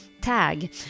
tag